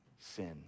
sin